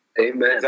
Amen